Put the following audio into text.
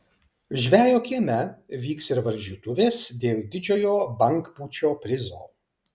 žvejo kieme vyks ir varžytuvės dėl didžiojo bangpūčio prizo